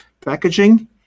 packaging